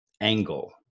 angle